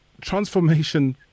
transformation